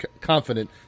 confident